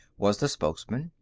was the spokesman.